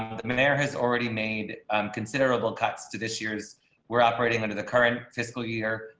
ah the mayor has already made considerable cuts to this year's we're operating under the current fiscal year.